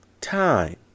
time